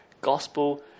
gospel